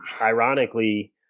ironically